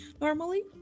normally